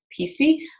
PC